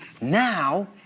Now